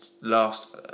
last